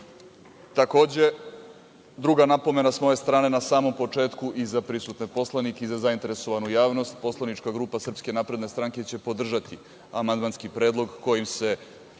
Bolonja. Takođe, druga napomena sa moje strane na samom početku i za prisutne poslanike i za zainteresovanu javnost, poslanička grupa SNS će podržati amandmanski predlog kojim se